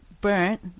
burnt